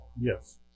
Yes